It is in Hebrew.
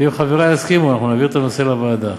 אם חברי יסכימו, אנחנו נעביר את הנושא לוועדה,